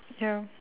ya